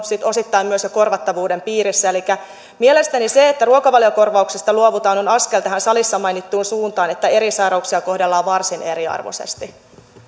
sitten osittain myös jo korvattavuuden piirissä elikkä mielestäni se että ruokavaliokorvauksesta luovutaan on askel tähän salissa mainittuun suuntaan että eri sairauksia kohdellaan varsin eriarvoisesti